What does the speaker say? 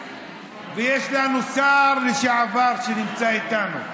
ויש לנו שר לשעבר שנמצא איתנו,